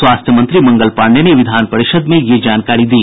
स्वास्थ्य मंत्री मंगल पांडेय ने विधान परिषद में यह जानकारी दी